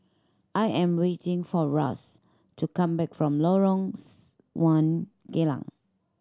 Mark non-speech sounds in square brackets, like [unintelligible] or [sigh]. I am waiting for Ras to come back from Lorong [unintelligible] one Geylang